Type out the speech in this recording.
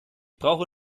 brauche